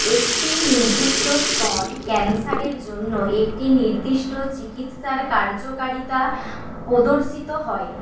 একটি নির্দিষ্ট স্তন ক্যান্সারের জন্য একটি নির্দিষ্ট চিকিৎসার কার্যকারিতা প্রদর্শিত হয়